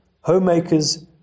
homemakers